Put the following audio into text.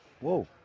Whoa